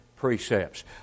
Precepts